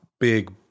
big